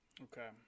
Okay